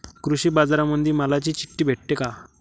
कृषीबाजारामंदी मालाची चिट्ठी भेटते काय?